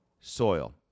soil